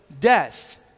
death